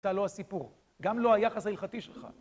אתה לא הסיפור, גם לא היחס ההלכתי שלך.